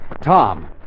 Tom